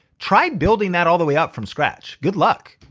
try building that all the way up from scratch. good luck.